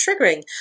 triggering